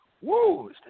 Woo